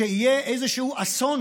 שיהיה איזשהו אסון,